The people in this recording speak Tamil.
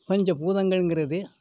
பஞ்ச பூதங்கள்ங்கிறது